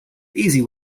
easy